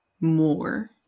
more